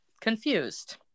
confused